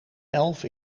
elf